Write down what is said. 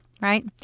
right